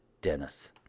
Dennis